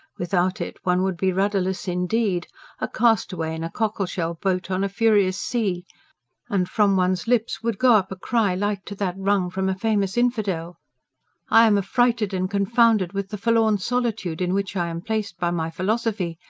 without it, one would be rudderless indeed a castaway in a cockleshell boat on a furious sea and from one's lips would go up a cry like to that wrung from a famous infidel i am affrighted and confounded with the forlorn solitude in which i am placed by my philosophy.